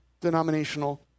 denominational